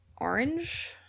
orange